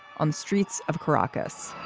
on the streets of caracas,